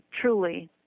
truly